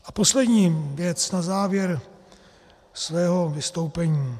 A poslední věc na závěr svého vystoupení.